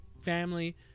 family